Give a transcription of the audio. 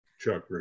Chuck